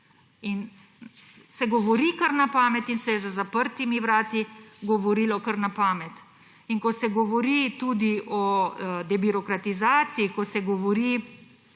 Se govori kar na pamet in se je za zaprtimi vrati govorilo kar na pamet. Ko se govori tudi o debirokratizaciji, ko se govori